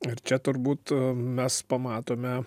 ir čia turbūt mes pamatome